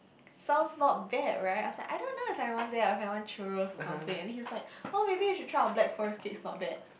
sounds not bad right I was like I don't know if I want that or I want churros or something and then he was like oh maybe you should try our black forest cake it's not bad